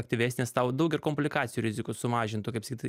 aktyvesnis tau daug ir komplikacijų rizikos sumažintų kaip sakyt